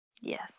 Yes